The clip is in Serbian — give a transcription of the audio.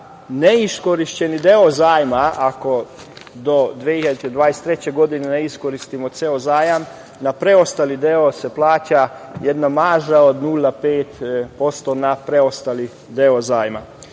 neiskorišćeni deo zajma, ako do 2023. godine ne iskoristimo ceo zajam, na preostali deo se plaća jedna marža od 0,5% na preostali deo zajma.